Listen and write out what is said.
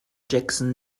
jackson